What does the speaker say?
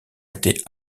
été